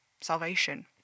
salvation